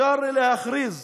אפשר להכריז